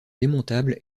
démontable